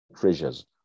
treasures